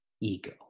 ego